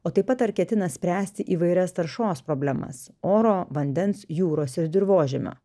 o taip pat ar ketina spręsti įvairias taršos problemas oro vandens jūros ir dirvožemio